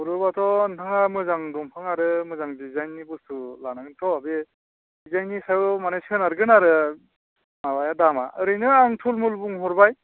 हरोबाथ' नोंथाङा मोजां दंफां आरो मोजां डिजाइननि बस्थु लानांगोनथ' बे डिजाइननि सायाव सोनारगोन आरो माबाया दामा ओरैनो आं फरमेल बुंहरबाय